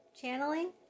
channeling